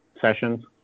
sessions